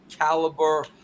caliber